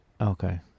okay